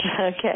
Okay